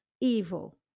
evil